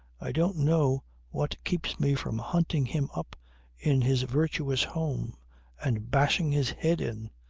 i don't know what keeps me from hunting him up in his virtuous home and bashing his head in.